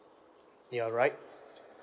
you're right